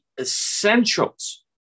essentials